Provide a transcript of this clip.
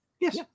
Yes